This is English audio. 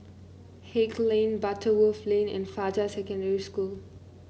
Haig Lane Butterworth Lane and Fajar Secondary School